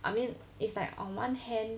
I mean it's like on one hand